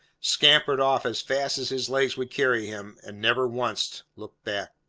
scampered off as fast as his legs would carry him, and never once looked back.